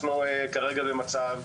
אנחנו כרגע במצב,